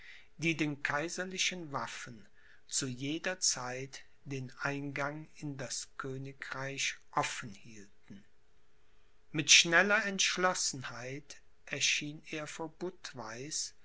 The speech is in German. die den kaiserlichen waffen zu jeder zeit den eingang in das königreich offen hielten mit schneller entschlossenheit erschien er vor